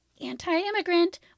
anti-immigrant